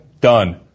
Done